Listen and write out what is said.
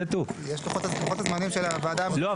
לוחות הזמנים של הוועדה --- לא,